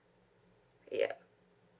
yup